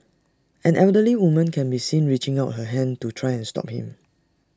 an elderly woman can be seen reaching out her hand to try and stop him